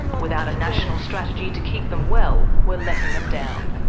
without a national strategy to keep them well, we're letting them down.